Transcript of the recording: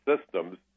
systems